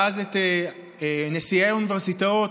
ואז את נשיאי האוניברסיטאות: